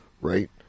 right